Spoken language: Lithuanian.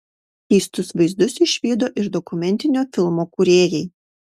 keistus vaizdus išvydo ir dokumentinio filmo kūrėjai